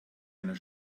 einer